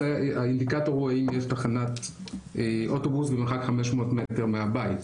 האינדיקטור הוא האם יש תחנת אוטובוס במרחק 500 מטר מהבית.